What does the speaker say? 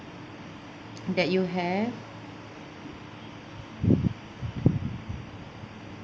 that you have